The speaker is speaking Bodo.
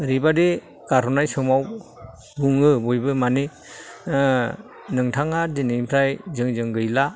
ओरैबायदि गारहरनाय समाव बुङो बयबो माने नोंथाङा दिनैफ्राय जोंजों गैला